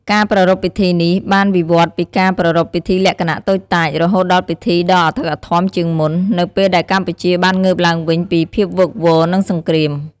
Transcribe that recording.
ការប្រារព្ធពិធីនេះបានវិវត្តន៍ពីការប្រារព្ធពិធីលក្ខណៈតូចតាច រហូតដល់ពិធីដ៏អធិកអធមជាងមុន នៅពេលដែរកម្ពុជាបានងើបឡើងវិញពីភាពវឹកវរ និងសង្គ្រាម។